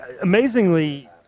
amazingly